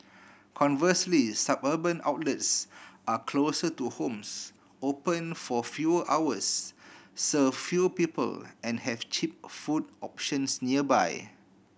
conversely suburban outlets are closer to homes open for fewer hours serve fewer people and have cheap food options nearby